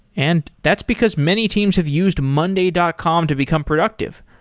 and that's because many teams have used monday dot com to become productive.